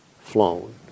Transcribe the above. flown